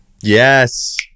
Yes